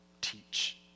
teach